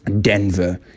Denver